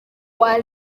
rwa